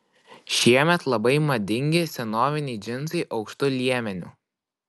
šiemet labai madingi senoviniai džinsai aukštu liemeniu